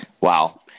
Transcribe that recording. Wow